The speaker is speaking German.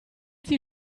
sie